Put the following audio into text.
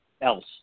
else